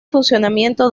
funcionamiento